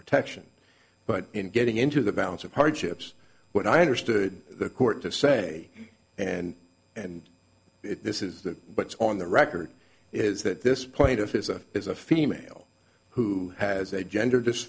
protection but in getting into the balance of hardships what i understood the court to say and and this is what's on the record is that this plaintiff is a is a female who has a gender